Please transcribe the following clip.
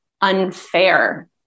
unfair